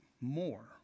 more